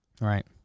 Right